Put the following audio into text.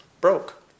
broke